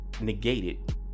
negated